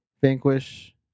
Vanquish